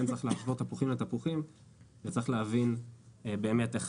צריך להשוות תפוחים לתפוחים וצריך להבין באמת איך